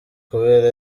kubera